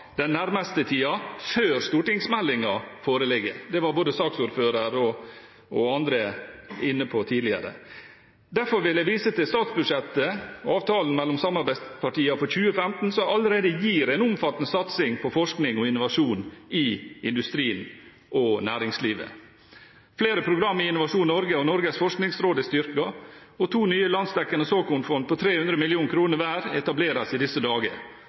den nærmeste tiden før stortingsmeldingen foreligger. Det var både saksordføreren og andre inne på tidligere. Derfor vil jeg vise til statsbudsjettet for 2015 og avtalen mellom samarbeidspartiene, som allerede gir en omfattende satsing på forskning og innovasjon i industrien og næringslivet. Flere program i Innovasjon Norge og Norges forskningsråd er styrket, og to nye landsdekkende såkornfond på 300 mill. kr hver etableres i disse dager.